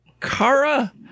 Kara